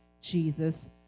Jesus